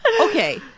okay